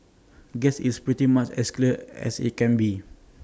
guess it's pretty much as clear as IT can be